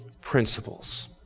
principles